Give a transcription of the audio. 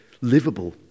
livable